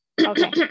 okay